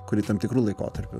kuri tam tikru laikotarpiu